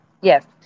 Yes